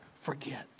forget